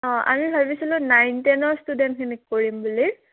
অঁ আমি ভাবিছিলোঁ নাইন টেনৰ ষ্টুডেণ্টখিনিক কৰিম বুলি